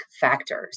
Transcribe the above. factors